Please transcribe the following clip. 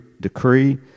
decree